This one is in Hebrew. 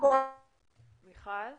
המורים הם המקצוענים,